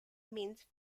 means